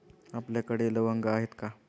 आपल्याकडे लवंगा आहेत का?